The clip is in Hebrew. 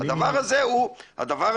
הדבר הזה הוא בעייתי.